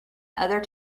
other